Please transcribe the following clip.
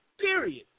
period